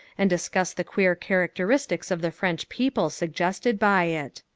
and discuss the queer characteristics of the french people suggested by it.